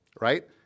right